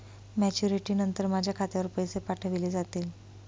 Maturity नंतर माझ्या खात्यावर पैसे पाठविले जातील?